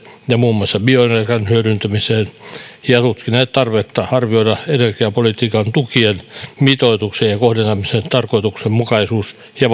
ja muun muassa bioenergian hyödyntämiseen ja tutkineet tarvetta arvioida energiapolitiikan tukien mitoituksen ja kohdentamisen tarkoituksenmukaisuutta ja